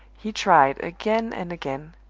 he tried again and again,